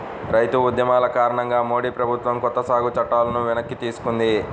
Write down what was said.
రైతు ఉద్యమాల కారణంగా మోడీ ప్రభుత్వం కొత్త సాగు చట్టాలను వెనక్కి తీసుకుంది